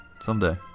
someday